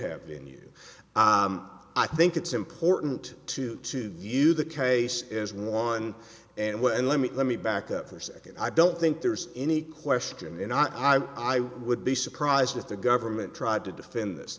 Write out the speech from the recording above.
have in you i think it's important to to you the case is won and what and let me let me back up for a second i don't think there's any question in ott i would be surprised if the government tried to defend this